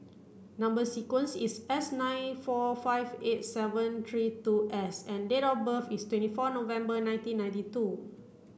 number sequence is S nine four five eight seven three two S and date of birth is twenty four November nineteen ninety two